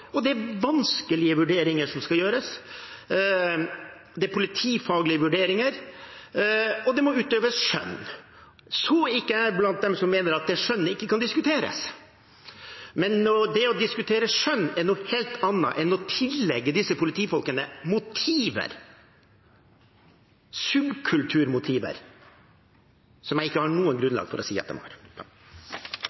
og det er vanskelige vurderinger som skal gjøres. Det er politifaglige vurderinger, og det må utøves skjønn. Så er ikke jeg blant dem som mener at det skjønnet ikke kan diskuteres, men det å diskutere skjønn er noe helt annet enn å tillegge disse politifolkene motiver, subkulturmotiver, som jeg ikke har